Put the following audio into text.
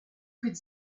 could